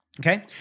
okay